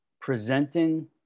presenting